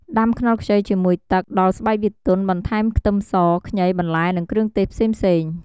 ដាំខ្នុរខ្ចីជាមួយទឹក ដល់ស្បែកវាទន់ បន្ថែមខ្ទឹមស ខ្ញី បន្លែ និងគ្រឿងទេសផ្សេងៗ។